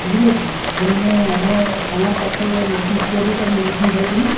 ବୁଝିଲେ କି ଆଜ୍ଞା ମୁଁ ଆମ ଗାଁ ପାଖ ମେଡ଼ିସିନ୍ ଷ୍ଟୋରରୁ ସାର୍ ମେଡ଼ିସିନ୍ ଖାଇଥିଲି